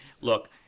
Look